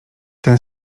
ten